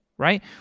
right